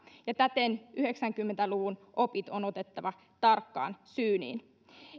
ja täten yhdeksänkymmentä luvun opit on otettava tarkkaan syyniin